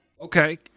okay